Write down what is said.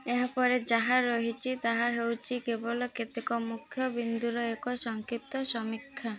ଏହାପରେ ଯାହା ରହିଛି ତାହା ହେଉଛି କେବଳ କେତେକ ମୁଖ୍ୟ ବିନ୍ଦୁର ଏକ ସଂକ୍ଷିପ୍ତ ସମୀକ୍ଷା